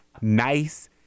nice